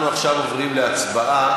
אנחנו עכשיו עוברים להצבעה,